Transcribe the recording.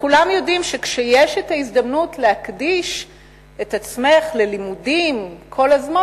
כולם יודעים שכשיש ההזדמנות להקדיש את עצמך ללימודים כל הזמן,